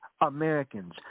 Americans